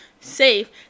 safe